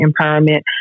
empowerment